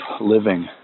living